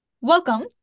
welcome